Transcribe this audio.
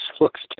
looks